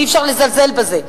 ואי-אפשר לזלזל בזה.